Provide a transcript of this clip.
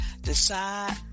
decide